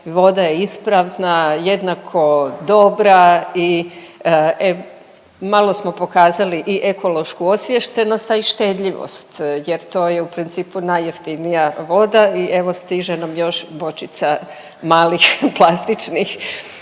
voda je ispravna, jednako dobra i malo smo pokazali i ekološku osviještenost, a i štedljivost jer to je u principu najjeftinija voda i evo, stiže nam još bočica malih plastičnih